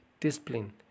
discipline